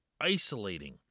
isolating